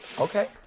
Okay